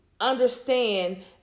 understand